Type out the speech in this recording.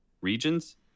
regions